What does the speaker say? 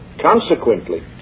Consequently